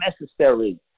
necessary